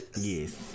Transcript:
yes